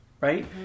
right